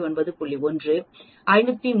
1 503